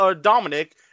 Dominic